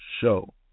show